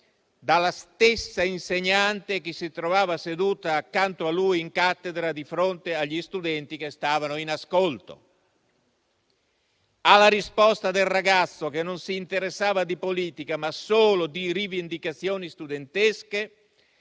dalla stessa insegnante che si trovava seduta accanto a lui in cattedra, di fronte agli studenti che stavano in ascolto. Alla risposta del ragazzo, che non si interessava di politica, ma solo di rivendicazioni studentesche,